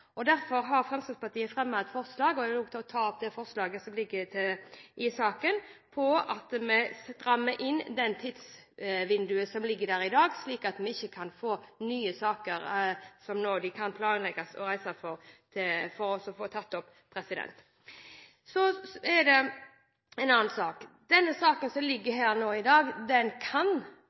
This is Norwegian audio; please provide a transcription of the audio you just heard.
Derfor har Fremskrittspartiet fremmet forslag, og jeg vil ta opp de forslagene som ligger i saken, om at vi strammer inn det tidsvinduet som ligger der i dag, slik at vi ikke kan få nye saker – det at man kan planlegge å reise og så få tatt opp saken. En annen sak er at denne saken som ligger her i dag, kan – eller det vet vi faktisk ikke, men den kan